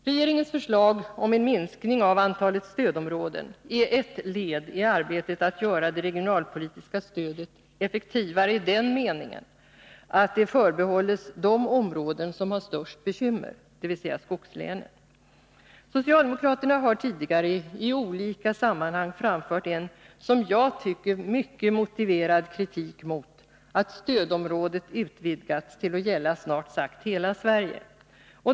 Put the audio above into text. Regeringens förslag om en minskning av antalet stödområden är ett led i arbetet att göra det regionalpolitiska stödet effektivare i den meningen att det förbehålles de områden som har störst bekymmer, dvs. skogslänen. Socialdemokraterna har tidigare i olika sammanhang framfört en som jag tycker mycket motiverad kritik mot att stödområdet har utvidgats till att gälla snart sagt hela Sverige.